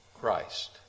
Christ